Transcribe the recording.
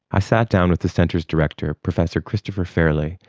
i sat down with the centre's director, professor christopher fairley,